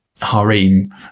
harem